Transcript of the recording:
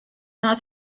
not